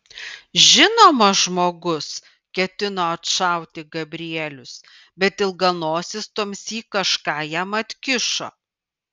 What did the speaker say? žinoma žmogus ketino atšauti gabrielius bet ilganosis tuomsyk kažką jam atkišo